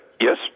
Yes